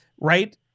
right